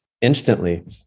instantly